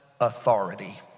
authority